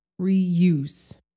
reuse